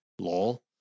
lol